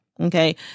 Okay